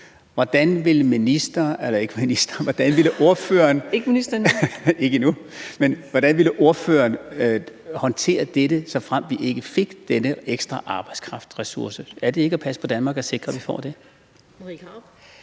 Hvordan ville ordføreren håndtere dette, såfremt vi ikke fik denne ekstra arbejdskraftressource? Er det ikke at passe på Danmark at sikre, at vi får det? Kl.